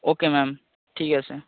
ও কে ma'am ঠিক আছে